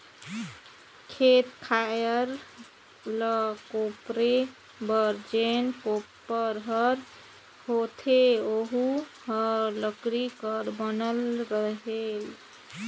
खेत खायर ल कोपरे बर जेन कोपर हर होथे ओहू हर लकरी कर बनल रहेल